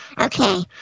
Okay